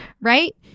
right